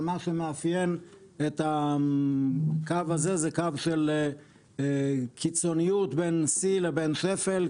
מה שמאפיין את הקו הזה הוא קיצוניות בין שיא לבין שפל,